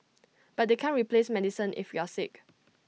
but they can't replace medicine if you're sick